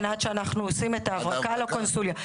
כן, עד שאנחנו עושים את ההברקה לקונסוליה.